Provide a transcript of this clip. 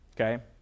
okay